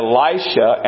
Elisha